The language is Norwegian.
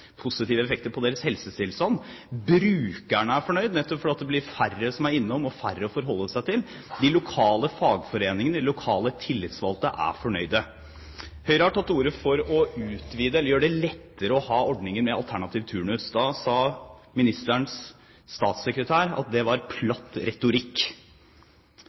på deres helsetilstand. Brukerne er fornøyd, nettopp fordi det blir færre som er innom og færre å forholde seg til. De lokale fagforeningene og de lokale tillitsvalgte er fornøyd. Høyre har tatt til orde for å gjøre det lettere å ha ordninger med alternativ turnus. Da sa ministerens statssekretær at det var platt retorikk.